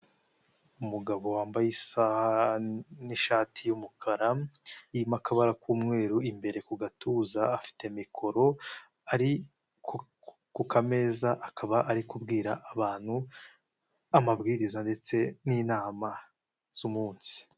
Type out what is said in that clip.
Umugabo wambaye isaha n'ishati y'umukara irimo akaba k'umweru imbere ku gatuza, afite mikoro ari kumeza, akaba ari kubwira abantu amabwiriza ndetse n'inama z'umunsi.